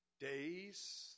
days